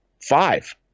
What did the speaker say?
five